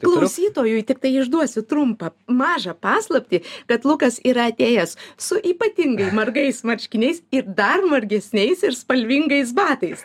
klausytojui tiktai išduosiu trumpą mažą paslaptį kad lukas yra atėjęs su ypatingai margais marškiniais ir dar margesniais ir spalvingais batais